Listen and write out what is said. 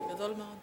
גדול מאוד.